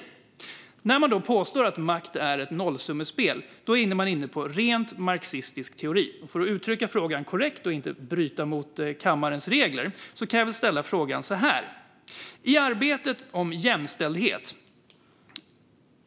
När man påstår att makt är ett nollsummespel är man inne på rent marxistisk teori. För att inte bryta mot kammarens regler kan jag ställa frågan på följande sätt.